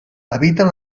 habiten